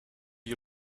you